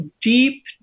deep